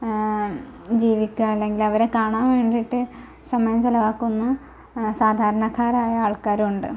ജീവിക്കുക അല്ലെങ്കിൽ അവരെ കാണാൻ വേണ്ടിയിട്ട് സമയം ചിലവാക്കുന്ന സാധാരണക്കാരായ ആൾക്കാരുണ്ട്